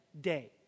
day